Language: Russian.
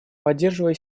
поддерживая